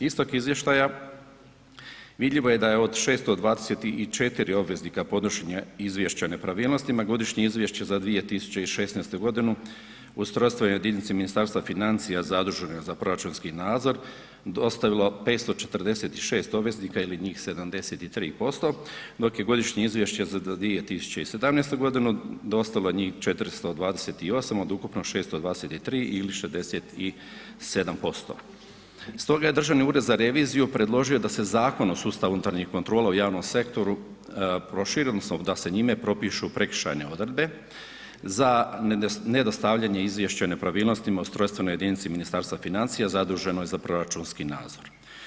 Iz tog izvještaja vidljivo je da je od 624 obveznika podnošenja izvješća o nepravilnosti, na godišnje izvješće za 2016. g. ustrojstvene jedinice Ministarstva financija zadužene za proračunski nadzor, dostavilo 546 obveznika ili njih 73% dok je godišnje izvješće za 2017. g. dostavilo njih 428 od ukupno 623 ili 67% stoga je Državni ured za reviziju predložio da se Zakon o sustavu unutarnjih kontrola u javnom sektoru proširi odnosno da se njime propišu prekršajne odredbe za nedostavljanje izvješća o nepravilnosti ustrojstvenoj jedinici Ministarstva financija zaduženoj za proračunski nadzor.